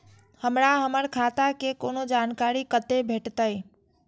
हमरा हमर खाता के कोनो जानकारी कतै भेटतै?